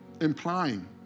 implying